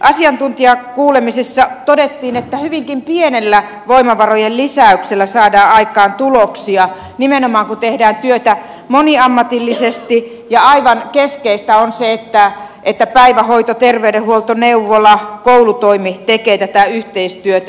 asiantuntijakuulemisissa todettiin että hyvinkin pienellä voimavarojen lisäyksellä saadaan aikaan tuloksia nimenomaan kun tehdään työtä moniammatillisesti ja aivan keskeistä on se että päivähoito terveydenhuolto neuvola koulutoimi tekevät tätä yhteistyötä